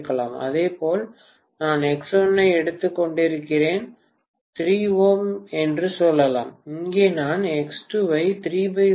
இதேபோல் நான் X1 ஐ எடுத்துக்கொண்டிருக்கிறேன் 3ῼ என்று சொல்லலாம் இங்கே நான் X2 ஐ 34 0